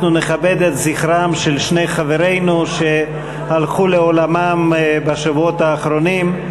אנחנו נכבד את זכרם של שני חברינו שהלכו לעולמם בשבועות האחרונים,